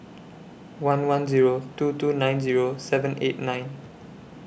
one one Zero two two nine Zero seven eight nine